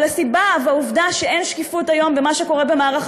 אבל הסיבה והעובדה שאין שקיפות היום במה שקורה במערך